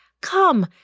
Come